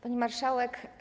Pani Marszałek!